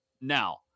Now